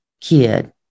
kid